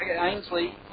Ainsley